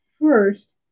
first